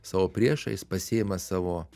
savo priešą jis pasiima savo